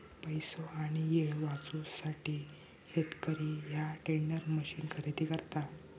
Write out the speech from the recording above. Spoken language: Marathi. पैसो आणि येळ वाचवूसाठी शेतकरी ह्या टेंडर मशीन खरेदी करता